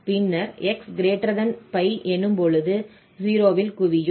பின்னர் xπ எனும்பொழுது 0 ல் குவியும்